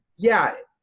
yeah,